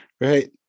right